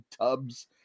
tubs